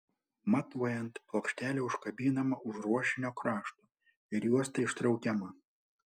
matuojant plokštelė užkabinama už ruošinio krašto ir juosta ištraukiama